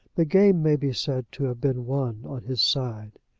the game may be said to have been won on his side.